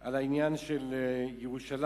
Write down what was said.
על העניין של ירושלים.